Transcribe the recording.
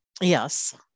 Yes